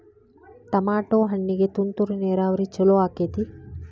Tomato ಹಣ್ಣಿಗೆ ತುಂತುರು ನೇರಾವರಿ ಛಲೋ ಆಕ್ಕೆತಿ?